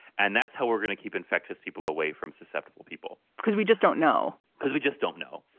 and that's how we're gonna keep infected people away from susceptible people, because we just don't know, because we just don't know.